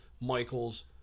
Michaels